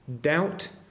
doubt